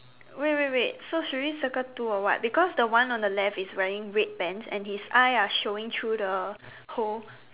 wait wait wait so should we circle two or what because the one on the left is wearing red pants and his eyes are showing through the hole